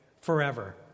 forever